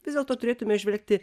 vis dėlto turėtume žvelgti